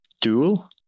Dual